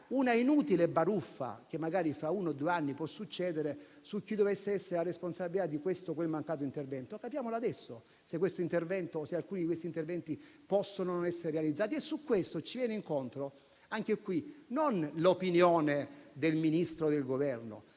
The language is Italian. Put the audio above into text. una inutile baruffa, che magari fra uno o due anni può avvenire su chi dovesse avere la responsabilità di questo o quel mancato intervento. Capiamo adesso se alcuni di questi interventi non possono essere realizzati. E su questo ci viene incontro, anche qui, non l'opinione del Ministro o del Governo,